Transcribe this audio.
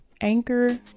anchor